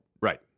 Right